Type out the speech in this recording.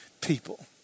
people